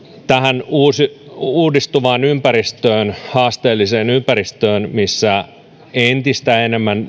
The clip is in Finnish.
tähän uudistuvaan ympäristöön haasteelliseen ympäristöön missä entistä enemmän